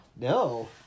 No